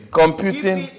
computing